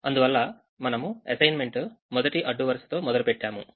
అందువల్ల మనము అసైన్మెంట్ మొదటి అడ్డు వరుసతో మొదలు పెట్టాము